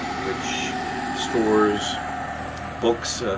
which stores books,